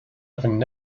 never